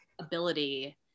ability